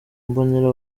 mbonera